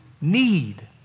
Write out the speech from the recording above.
need